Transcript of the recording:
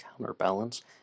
counterbalance